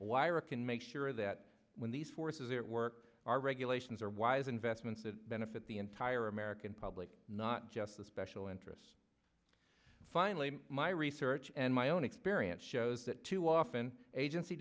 can make sure that when these forces at work are regulations or wise investments that benefit the entire american public not just the special interests finally my research and my own experience shows that too often agency